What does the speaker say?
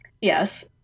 Yes